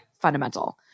fundamental